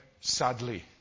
sadly